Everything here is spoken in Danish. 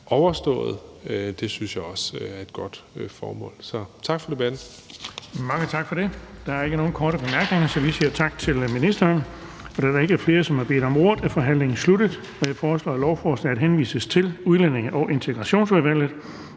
overstået. Det synes jeg også er et godt formål. Så tak for debatten.